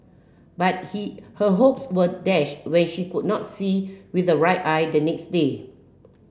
but he her hopes were dashed when she could not see with the right eye the next day